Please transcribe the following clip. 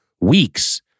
weeks